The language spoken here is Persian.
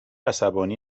عصبانی